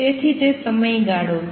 તેથી તે સમયગાળો છે